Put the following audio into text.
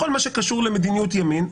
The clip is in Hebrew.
בכל מה שקשור במדיניות ימין,